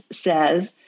says